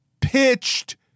pitched